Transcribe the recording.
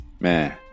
man